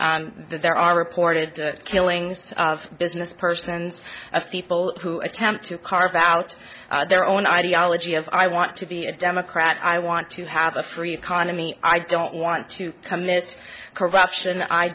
russia there are reported killings of business persons of people who attempt to carve out their own ideology as i want to be a democrat i want to have a free economy i don't want to commit corruption i